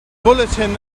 bulletin